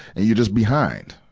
and you just behind,